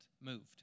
moved